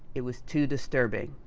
it was too disturbing.